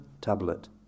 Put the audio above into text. tablet